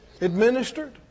administered